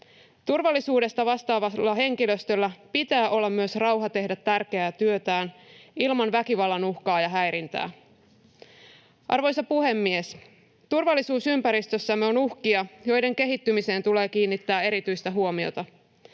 Turvallisuudesta vastaavalla henkilöstöllä pitää myös olla rauha tehdä tärkeää työtään ilman väkivallan uhkaa ja häirintää. Arvoisa puhemies! Turvallisuusympäristössämme on uhkia, joiden kehittymiseen tulee kiinnittää erityistä huomiota.